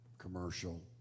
commercial